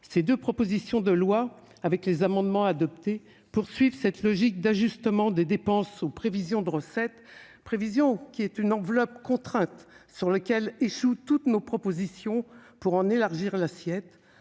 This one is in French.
Ces deux propositions de loi, ainsi que les amendements adoptés, poursuivent cette logique d'ajustement des dépenses aux prévisions de recettes, enveloppe contrainte sur laquelle échouent toutes nos propositions pour en élargir l'assiette